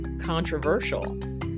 controversial